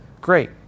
Great